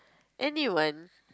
anyone